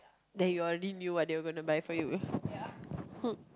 then you already knew what they were gonna buy for you